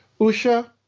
Usha